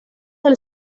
del